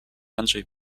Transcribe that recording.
andrzej